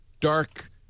dark